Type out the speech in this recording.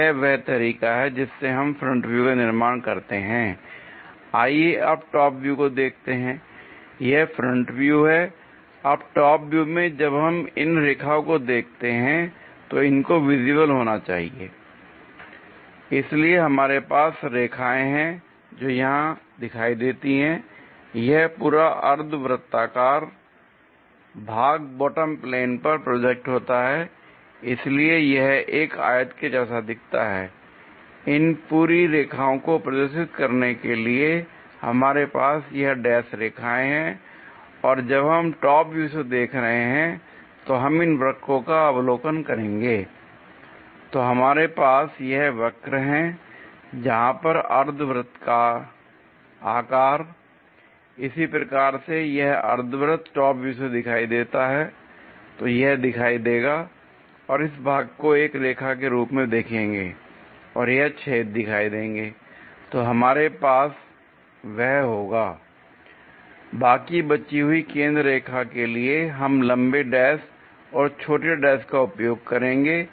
यह वह तरीका है जिससे हम फ्रंट व्यू का निर्माण करते हैं l आइए अब टॉप व्यू को देखते हैं यह फ्रंट व्यू है l अब टॉप व्यू में जब हम इन रेखाओं को देखते हैं तो इनको विजिबल होना चाहिए l इसलिए हमारे पास रेखाएं हैं जो यहां दिखाई देती हैं यह पूरा अर्थ वृत्ताकार भाग बॉटम प्लेन पर प्रोजेक्ट होता है l इसलिए यह एक आयत के जैसा दिखता है इन पूरी रेखाएं को प्रदर्शित करने के लिए हमारे पास यह डैश रेखाएं हैं और जब हम टॉप व्यू से देख रहे हैं तो हम इन वक्रों का अवलोकन करेंगे l तो हमारे पास यह वक्र हैं यहां पर अर्धवृत्त आकार l इसी प्रकार से यह अर्धवृत्त टॉप व्यू से दिखाई देता है l तो यह दिखाई देगा और इस भाग को एक रेखा के रूप में देखेंगे और यह छेद दिखाई देंगे l तो हमारे पास वह होगा l बाकी बची हुई केंद्र रेखा के लिए हम लंबे डैश और छोटे डैश का उपयोग करेंगे